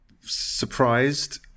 surprised